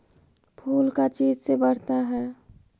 फूल का चीज से बढ़ता है?